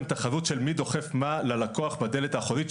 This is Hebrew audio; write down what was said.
תחרות של מי דוחף מה ללקוח בדלת האחורית,